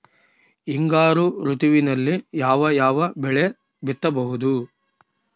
ಹಿಂಗಾರು ಋತುವಿನಲ್ಲಿ ಯಾವ ಯಾವ ಬೆಳೆ ಬಿತ್ತಬಹುದು?